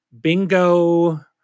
bingo